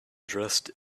dressed